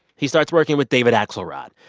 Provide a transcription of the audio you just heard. he starts working with david axelrod,